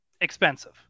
expensive